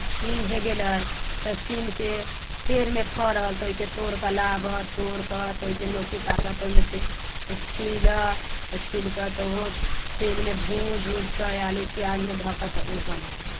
सीम भए गेलै तऽ सीमके पेड़मे फड़ल तऽ ओहिके तोड़ि कऽ लाबह तोड़ि कऽ तऽ ओहिके नोकी काटह तऽ ओहिमे सँ छीलह तऽ छील कऽ ओहो तेलमे भूजि उजि कऽ आलू प्याजमे धऽ कऽ तऽ ओ बनयलक